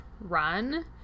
run